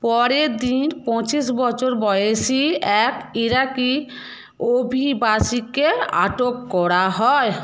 পরের দিন পঁচিশ বছর বয়সি এক ইরাকি অভিবাসীকে আটক করা হয়